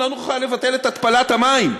לא נוכל לבטל את התפלת המים.